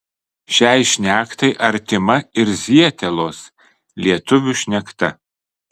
šiai šnektai artima ir zietelos lietuvių šnekta